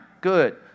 good